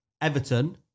Everton